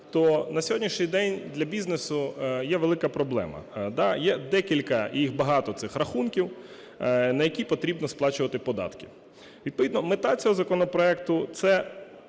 то на сьогоднішній день для бізнесу є велика проблема. Да, є декілька і їх багато, цих рахунків, на які потрібно сплачувати податки. Відповідно мета цього законопроекту – це